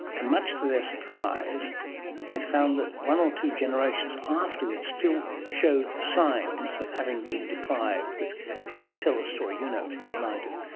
and much to their surprise they found that one or two generations afterwards still showed signs of having been deprived, you tell the story, you know it better than i do.